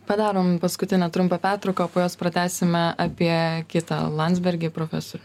padarom paskutinę trumpą pertrauką o po jos pratęsime apie kitą landsbergį profesorių